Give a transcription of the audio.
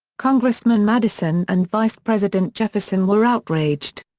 congressman madison and vice president jefferson were outraged.